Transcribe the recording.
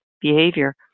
behavior